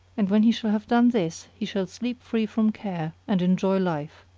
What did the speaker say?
and when he shall have done this he shall sleep free from care and enjoy life.